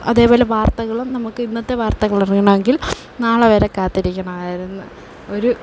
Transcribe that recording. അതേപോലെ വാർത്തകളും നമുക്ക് ഇന്നത്തെ വാർത്തകൾ അറിയണമെങ്കിൽ നാളെ വരെ കാത്തിരിക്കണമായിരുന്നു ഒരു